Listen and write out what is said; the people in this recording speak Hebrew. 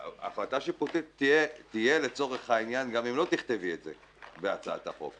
החלטה שיפוטית תהיה לצורך העניין גם אם לא תכתבי את זה בהצעת החוק.